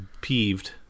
peeved